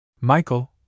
Michael